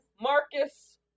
Marcus